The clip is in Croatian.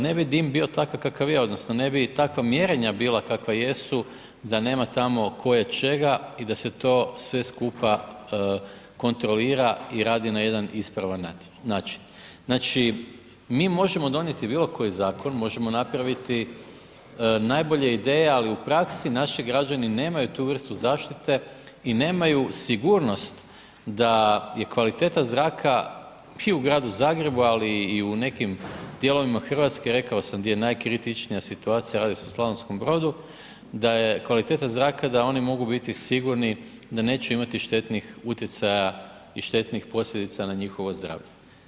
Ne bi dim bio takav kakav je odnosno ne bi takva mjerenja bila kakva jesu da nema tamo koječega i da se to sve skupa kontrolira i radi na jedan ispravan način Mi možemo donijeti bilo koji zakon, možemo napraviti najbolje ideje, ali u praksi naši građani nemaju tu vrstu zaštite i nemaju sigurnost da je kvaliteta zraka i u Gradu Zagrebu, ali i u nekim dijelovima RH, rekao sam gdje je najkritičnija situacija, radi se o Slavonskom Brodu, da je kvaliteta zraka da oni mogu biti sigurni da neće imati štetnih utjecaja i štetnih posljedica na njihovo zdravlje.